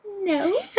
no